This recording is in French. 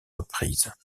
reprises